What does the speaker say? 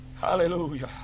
Hallelujah